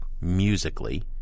musically